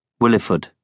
Williford